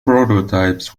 prototypes